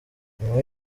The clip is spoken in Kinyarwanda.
nyuma